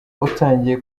utangiye